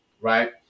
right